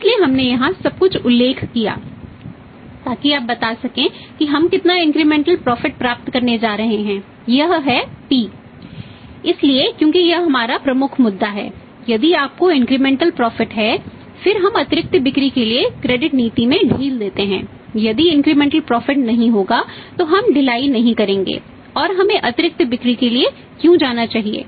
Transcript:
इसलिए हमने यहां सब कुछ का उल्लेख किया ताकि आप बता सकें कि हम कितना इंक्रीमेंटल प्रॉफिट नहीं होगा तो हम ढिलाई नहीं करेंगेऔर हमें अतिरिक्त बिक्री के लिए क्यों जाना चाहिए